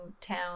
town